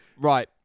Right